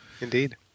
Indeed